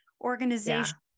organization